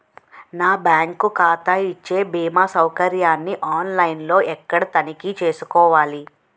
నా బ్యాంకు ఖాతా ఇచ్చే భీమా సౌకర్యాన్ని ఆన్ లైన్ లో ఎక్కడ తనిఖీ చేసుకోవాలి?